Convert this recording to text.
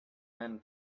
men